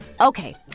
Okay